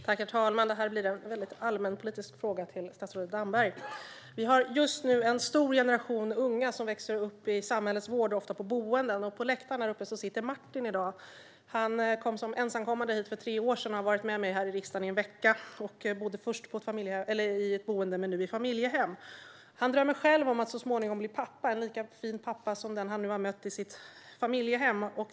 Herr talman! Det här blir en allmänpolitisk fråga till statsrådet Damberg. Det finns just nu en stor generation unga som växer upp i samhällets vård, ofta i boenden. På läktaren sitter Martin. Han kom som ensamkommande hit för tre år sedan och har varit med mig i riksdagen i en vecka. Han bodde först i boende, men nu bor han i ett familjehem. Martin drömmer själv om att så småningom bli pappa - en lika fin pappa som den han har mött i sitt familjehem.